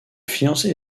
fiancé